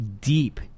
deep